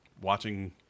watching